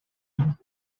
him